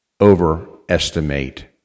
overestimate